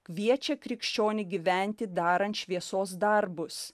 kviečia krikščionį gyventi darant šviesos darbus